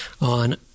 on